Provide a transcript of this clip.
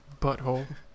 Butthole